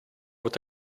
with